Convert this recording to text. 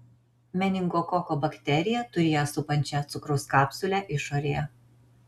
meningokoko bakterija turi ją supančią cukraus kapsulę išorėje